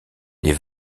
les